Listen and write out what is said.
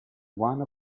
one